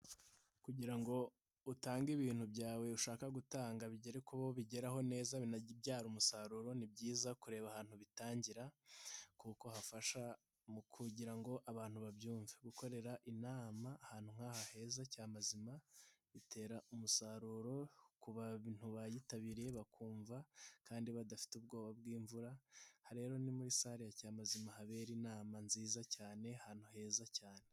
Kugira ngo utange ibintu byawe ushaka gutanga bigere ku bo bigeraho neza binabyare umusaruro ni byiza kureba ahantu ubitangira kuko hafasha mu kugira ngo abantu babyumve, gukorera inama ahantu nk'aha heza cya mazima bitera umusaruro ku bantu bayitabiriye bakumva kandi badafite ubwoba bw'imvura, aha rero ni muri sale ya cya mazima habera inama nziza cyane ahantu heza cyane.